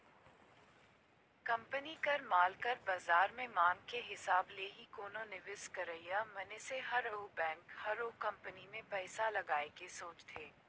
company कर माल कर बाजार में मांग के हिसाब ले ही कोनो निवेस करइया मनइसे हर अउ बेंक हर ओ कंपनी में पइसा लगाए के सोंचथे